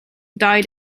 died